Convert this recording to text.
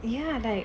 ya like